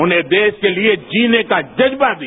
उन्हें देस के लिए जीने का जज्बा दिया